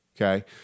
okay